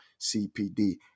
CPD